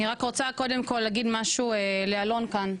אני רק רוצה קודם כל להגיד משהו לאלון כאן.